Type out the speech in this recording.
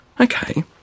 Okay